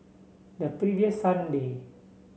the previous Sunday